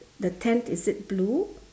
the tent is it blue